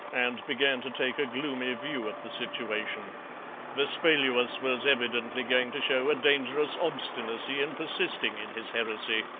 and began to take a gloomy view of the situation vespaluus was evidently going to show a dangerous obstinacy in persisting in his heresy.